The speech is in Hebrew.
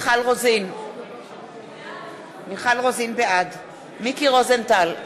מיכל רוזין, בעד מיקי רוזנטל,